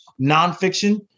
nonfiction